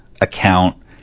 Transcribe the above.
account